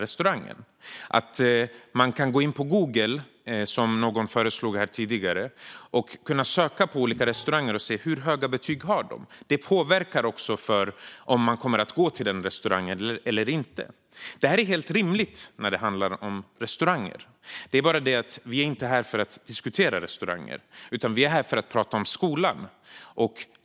Man kan, som någon föreslog här tidigare, gå in på Google och söka på olika restauranger och se hur höga betyg de har. Detta påverkar om man kommer att gå till restaurangen eller inte. Det här är helt rimligt när det handlar om restauranger. Det är bara det att vi inte är här för att diskutera restauranger, utan vi är här för att prata om skolan.